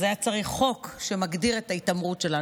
אז היה צריך חוק שמגדיר את ההתעמרות שלנו.